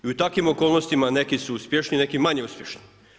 I u takvim okolnostima neki su uspješniji neki manje uspješni.